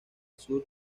sur